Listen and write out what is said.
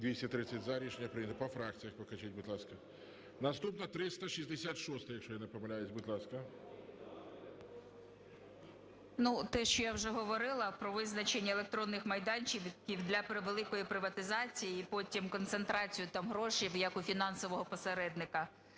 За-230 Рішення прийнято. По фракціях покажіть, будь ласка. Наступна 366-а, якщо я не помиляюсь, будь ласка. 14:59:44 ЮЖАНІНА Н.П. Те, що я вже говорила, про визначення електронних майданчиків для великої приватизації і потім концентрацію там грошей, як у фінансового посередника.